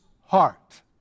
heart